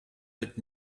but